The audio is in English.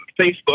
facebook